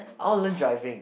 all learn driving